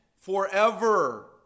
forever